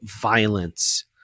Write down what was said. violence